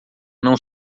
não